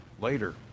later